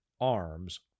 arms